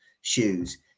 shoes